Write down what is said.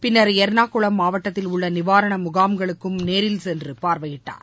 பின்னர் எர்ணாகுளம் மாவட்டத்தில் உள்ள நிவாரண முகாம்களுக்கும் அவர் நேரில் சென்று பார்வையிட்டார்